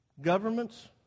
governments